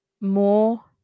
more